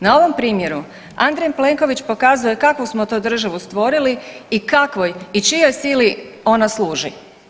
Na ovom primjeru Andrej Plenković pokazuje kakvu smo to državu stvorili i kakvoj i čijoj sili ona služi.